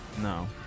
No